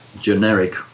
generic